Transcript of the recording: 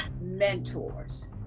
mentors